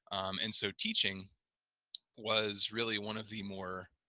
and so teaching was really one of the more